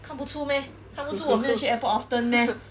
看不出 meh 看不出我没有去 airport often meh